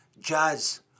jazz